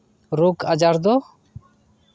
ᱨᱳᱜᱽ ᱟᱡᱟᱨ ᱫᱚ